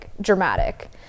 dramatic